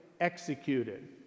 executed